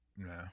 No